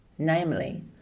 Namely